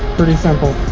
pretty simple.